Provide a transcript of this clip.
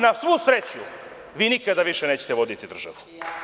Na svu sreću, vi nikada više nećete voditi državu.